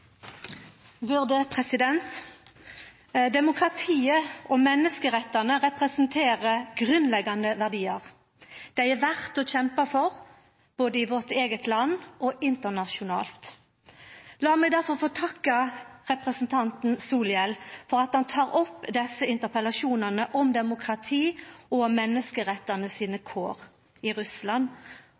å kjempa for, både i vårt eige land og internasjonalt. Lat meg difor få takka representanten Solhjell for at han tek opp desse interpellasjonane om demokrati og menneskerettane sine kår i Russland